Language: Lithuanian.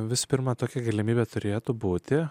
vis pirma tokia galimybė turėtų būti